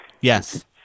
Yes